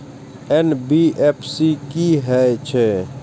NBFC की हे छे?